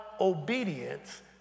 obedience